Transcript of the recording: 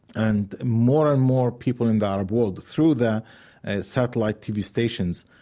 and more and more people in the arab world, through the satellite tv stations,